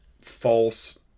false